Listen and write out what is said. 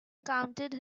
counted